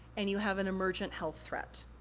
and you have an emergent health threat.